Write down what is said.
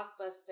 Blockbuster